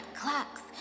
clocks